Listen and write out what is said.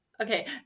okay